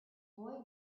boy